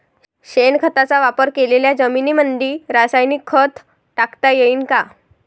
शेणखताचा वापर केलेल्या जमीनीमंदी रासायनिक खत टाकता येईन का?